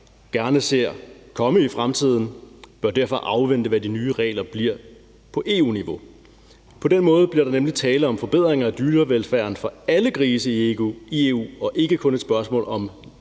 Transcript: gerne ser komme i fremtiden, bør derfor afvente, hvad de nye regler bliver på EU-niveau. På den måde bliver der nemlig tale om forbedringer af dyrevelfærden for alle grise i EU, og det er ikke kun et spørgsmål om